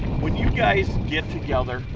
when you guys get together,